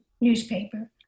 newspaper